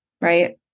right